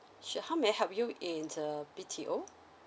sure how may I help you in uh B_T_O